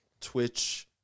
Twitch